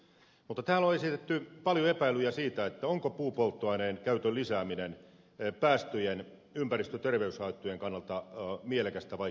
mutta täällä on esitetty paljon epäilyjä siitä onko puupolttoaineen käytön lisääminen päästöjen ympäristöterveyshaittojen kannalta mielekästä vaiko ei